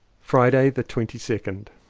friday the twenty second.